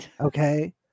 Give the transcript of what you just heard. Okay